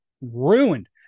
ruined